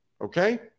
okay